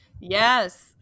Yes